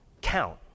count